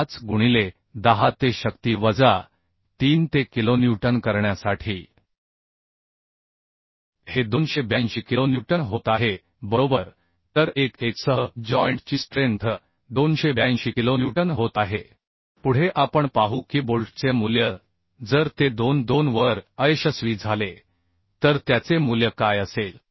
25 गुणिले 10 चा घातांक वजा 3 ते किलोन्यूटन करण्यासाठी हे 282 किलोन्यूटन होत आहे बरोबर तर 1 1 सह जॉइंट ची स्ट्रेंथ 282 किलोन्यूटन होत आहे पुढे आपण पाहू की बोल्टचे मूल्य जर ते 2 2 वर अयशस्वी झाले तर त्याचे मूल्य काय असेल